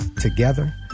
Together